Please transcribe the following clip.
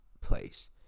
place